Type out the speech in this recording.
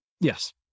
Yes